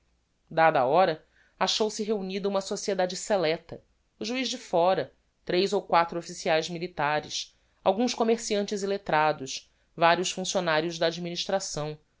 dada a hora achou se reunida uma sociedade selecta o juiz de fóra tres ou quatro officiaes militares alguns commerciantes e lettrados varios funccionarios da administração